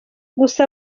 gusa